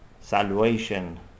salvation